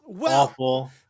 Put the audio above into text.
awful